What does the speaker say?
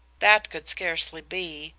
that could scarcely be,